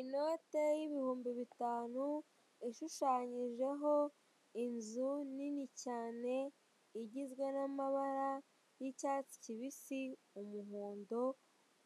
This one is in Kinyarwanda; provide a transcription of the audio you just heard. Inote y'ibihumbi bitanu, ishushanyijeho inzu nini cyane, igizwe n'amabara y'icyatsi kibisi, umuhondo,